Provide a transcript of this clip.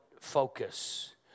focus